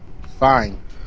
Fine